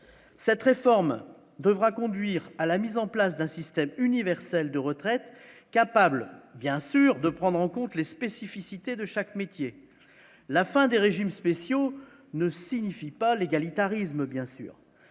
cette réforme devra conduire à la mise en place d'un système universel de retraite, capable, bien sûr, de prendre en compte les spécificités de chaque métier, la fin des régimes spéciaux ne signifie pas l'égalitarisme, bien sûr,